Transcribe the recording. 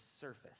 surface